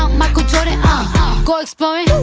um michael jordan, ah go explore